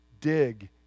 dig